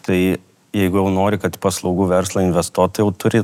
tai jeigu jau nori kad į paslaugų verslą investuotų jau turi